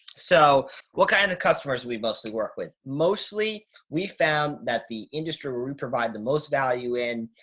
so what kinds of customers we mostly work with mostly we found that the industry where we provide the most value in,